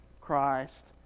Christ